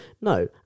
No